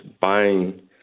buying